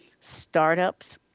startups